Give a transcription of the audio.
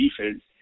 defense